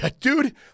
Dude